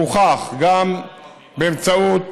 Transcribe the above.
והוכח, גם באמצעות